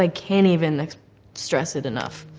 like can't even stress it enough.